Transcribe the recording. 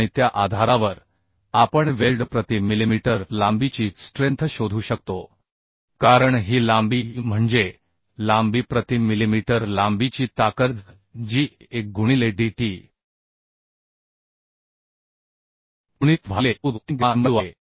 आणि त्या आधारावर आपण वेल्ड प्रति मिलिमीटर लांबीची स्ट्रेन्थ शोधू शकतो कारण ही लांबी म्हणजे लांबी प्रति मिलिमीटर लांबीची ताकद जी 1 गुणिले dt गुणिले fu भागिले u3 गॅमा mw आहे